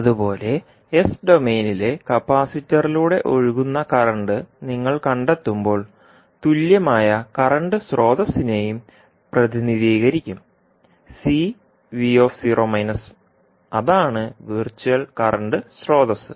അതുപോലെ എസ് ഡൊമെയ്നിലെ കപ്പാസിറ്ററിലൂടെ ഒഴുകുന്ന കറന്റ് നിങ്ങൾ കണ്ടെത്തുമ്പോൾ തുല്യമായ കറന്റ് സ്രോതസ്സിനെയും പ്രതിനിധീകരിക്കും അതാണ് വെർച്വൽ കറന്റ് സ്രോതസ്സ്